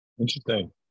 Interesting